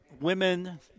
women